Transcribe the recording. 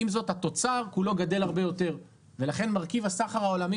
עם זאת התוצר לא גדל הרבה יותר ולכן מרכיב הסחר העולמי